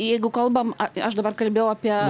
jeigu kalbam a aš dabar kalbėjau apie